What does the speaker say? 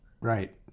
Right